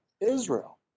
Israel